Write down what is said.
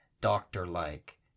doctor-like